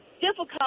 difficult